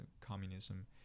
communism